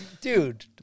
Dude